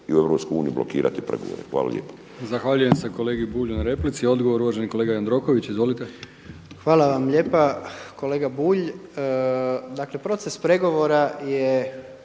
i u Europsku uniju blokirati pregovore. Hvala lijepo.